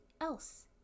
else